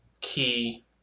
key